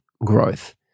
growth